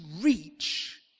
reach